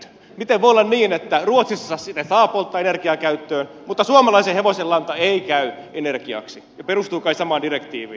miten voi olla niin että ruotsissa sitä saa polttaa energiakäyttöön mutta suomalaisen hevosen lanta ei käy energiaksi ja perustuu kai samaan direktiiviin